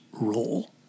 Role